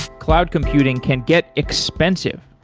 cloud computing can get expensive.